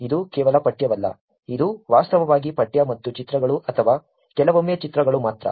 ಇದು ಕೇವಲ ಪಠ್ಯವಲ್ಲ ಇದು ವಾಸ್ತವವಾಗಿ ಪಠ್ಯ ಮತ್ತು ಚಿತ್ರಗಳು ಅಥವಾ ಕೆಲವೊಮ್ಮೆ ಚಿತ್ರಗಳು ಮಾತ್ರ